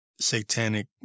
Satanic